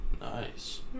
Nice